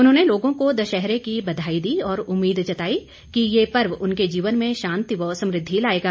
उन्होंने लोगों को दशहरे की बधाई दी और उम्मीद जताई कि ये पर्व उनके जीवन में शांति व समृद्धि लाएगा